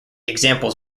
examples